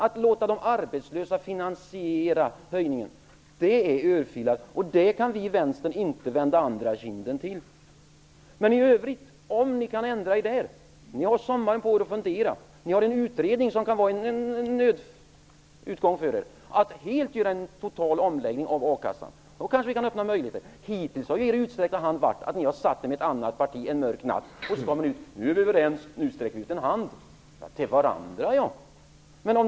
Att låta de arbetslösa finansiera höjningen är att dela ut en örfil, och där kan vi i Vänstern inte vända andra kinden till. Men om ni kan ändra er därvidlag har ni sommaren på er att fundera. Ni har en utredning som kan vara en nödutgång för er när det gäller att göra en total omläggning av a-kassan. Då kan vi kanske öppna möjligheter. Hittills har er utsträckta hand bestått i att ni har satt er ned med annat parti en mörk natt och sedan kommit ut och sagt: Nu är vi överens, och nu sträcker vi ut en hand. - Till varandra, ja!